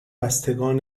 بستگان